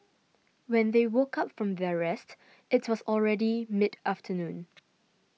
when they woke up from their rest it was already mid afternoon